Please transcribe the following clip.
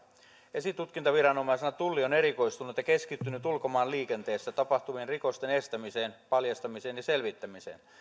esitutkintaviranomaisena tulli on erikoistunut ja keskittynyt ulkomaan liikenteessä tapahtuvien rikosten estämiseen paljastamiseen ja selvittämiseen